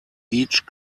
each